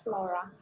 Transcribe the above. Laura